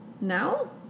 Now